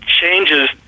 changes